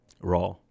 raw